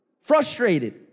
frustrated